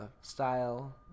style